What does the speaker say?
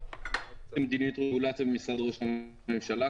ומדיניות רגולציה במשרד ראש הממשלה.